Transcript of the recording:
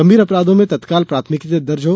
गंभीर अपराधों में तत्काल प्राथमिकी दर्ज हो